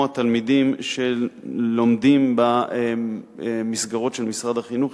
התלמידים שלומדים במסגרות של משרד החינוך,